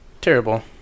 terrible